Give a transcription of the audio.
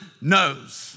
knows